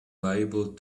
liable